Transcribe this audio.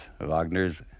wagner's